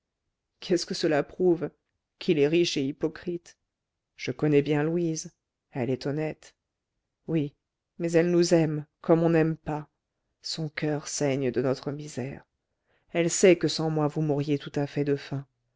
qu'est-ce que cela prouve qu'il est riche et hypocrite je connais bien louise elle est honnête oui mais elle nous aime comme on n'aime pas son coeur saigne de notre misère elle sait que sans moi vous mourriez tout à fait de faim